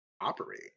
operate